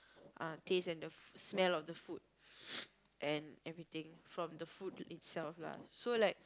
uh taste and the smell of the food and everything from the food itself lah so like